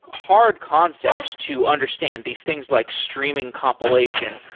hard concepts to understand. these things like streaming compilation,